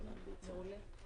אני מנכ"ל וויסבאס.